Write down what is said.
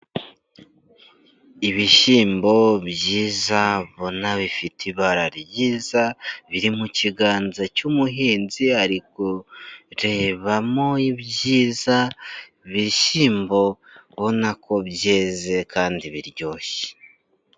Ibishyimbo byiza ubona bifite ibara ryiza biri mu kiganza cy'umuhinzi ari kurebamo ibyiza, ibishyimbo ubona ko byeze kandi biryoshye.